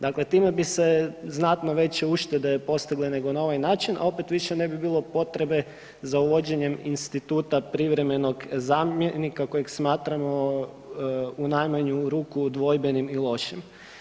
Dakle, time bi se znatno veće uštede postigle nego na ovaj način, a opet više ne bi bilo potrebe za uvođenjem instituta privremenog zamjenika kojeg smatramo u najmanju ruku dvojbenim i lošim.